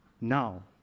now